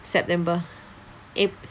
September ap~